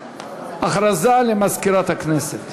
50 בעד, אחד מתנגד, אחד נמנע.